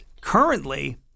currently